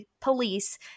police